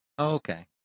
okay